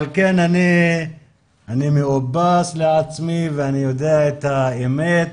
על כן אני מאופס עם עצמי ואני יודע את האמת,